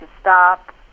stop